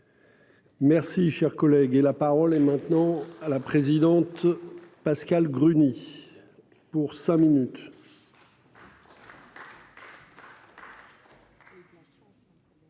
Merci cher collègue. Et la parole est maintenant à la présidente. Pascale Gruny. Pour cinq minutes.